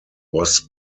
was